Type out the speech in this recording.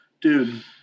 dude